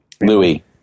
louis